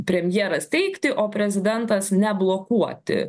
premjeras teikti o prezidentas neblokuoti